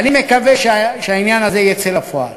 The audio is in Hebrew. ואני מקווה שהעניין הזה יצא לפועל.